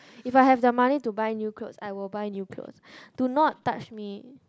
if I have the money to buy new clothes I will buy new clothes do not touch me